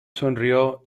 sonrió